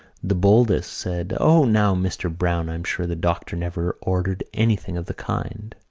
the boldest said o, now, mr. browne, i'm sure the doctor never ordered anything of the kind.